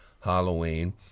Halloween